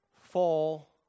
fall